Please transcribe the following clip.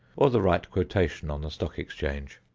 or the right quotation on the stock exchange.